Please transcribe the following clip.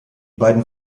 beiden